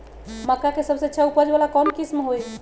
मक्का के सबसे अच्छा उपज वाला कौन किस्म होई?